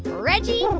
reggie,